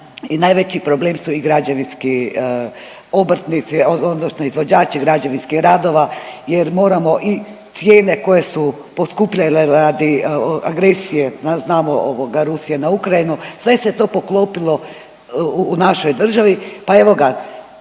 najveći problem su i građevinski obrtnici odnosno izvođači građevinskih radova jer moramo i cijene koje su poskupjele radi agresije znamo Rusije na Ukrajinu sve se to poklopilo u našoj državi.